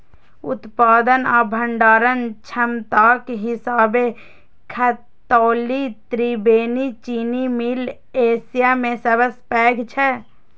उत्पादन आ भंडारण क्षमताक हिसाबें खतौली त्रिवेणी चीनी मिल एशिया मे सबसं पैघ छै